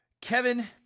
Kevin